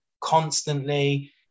constantly